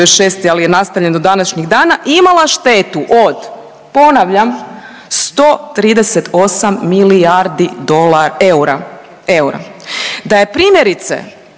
'96., al je nastavljen do današnjih dana, imala štetu od ponavljam 138 milijardi dola…, eura, eura, da je primjerice,